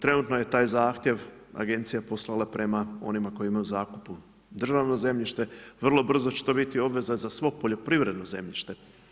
Trenutno je taj zahtjev agencija poslala prema onima koji imaju u zakupu državno zemljište, vrlo brzo će to biti obveza za svo poljoprivredno zemljište.